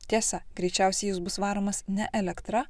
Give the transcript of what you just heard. tiesa greičiausiai jis bus varomas ne elektra